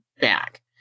back